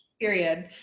Period